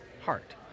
heart